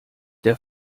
der